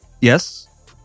Yes